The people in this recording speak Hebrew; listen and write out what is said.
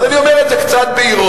אז אני אומר את זה קצת באירוניה,